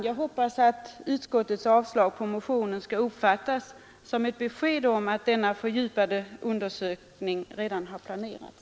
Jag hoppas att utskottets avstyrkande av motionen skall uppfattas som ett besked om att denna fördjupade undersökning redan har planerats.